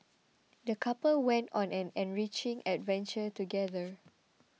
the couple went on an enriching adventure together